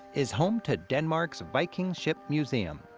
is home to denmark's viking ship museum.